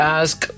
ask